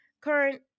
current